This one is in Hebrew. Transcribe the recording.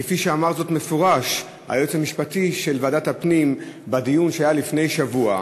כפי שאמר זאת במפורש היועץ המשפטי של ועדת הפנים בדיון שהיה לפני שבוע,